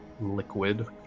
...liquid